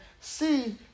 see